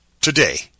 today